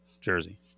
Jersey